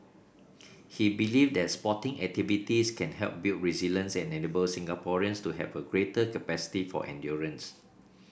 he believed that sporting activities can help build resilience and enable Singaporeans to have a greater capacity for endurance